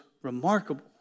remarkable